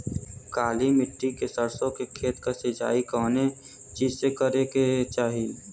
काली मिट्टी के सरसों के खेत क सिंचाई कवने चीज़से करेके चाही?